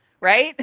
right